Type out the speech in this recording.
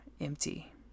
empty